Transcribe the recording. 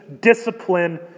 discipline